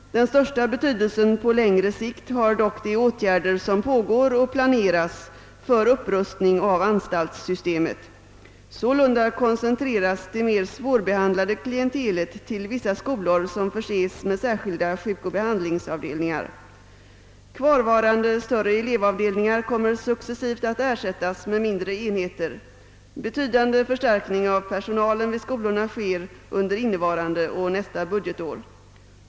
Den största betydelsen på längre sikt har dock de åtgärder som pågår och planeras för upprustning av anstaltssystemet. Sålunda koncentreras det mer svårbehandlade klientelet till vissa skolor som förses med särskilda sjukoch behandlingsavdelningar. Kvarvarande större elevavdelningar kommer successivt att ersättas med mindre enheter. Betydande förstärkning av personalen vid skolorna sker under innevarande och nästa budgetår.